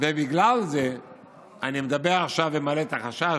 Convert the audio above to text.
ובגלל זה אני מדבר עכשיו ומעלה את החשש